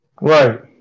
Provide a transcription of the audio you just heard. Right